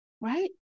right